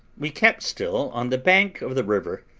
we kept still on the bank of the river,